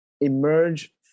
emerge